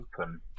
open